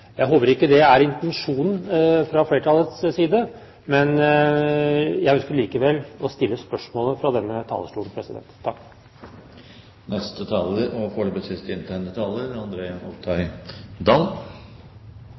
Jeg håper ikke det er intensjonen fra flertallets side, men jeg ønsker likevel å stille spørsmålet fra denne talerstolen.